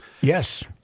Yes